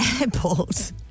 airport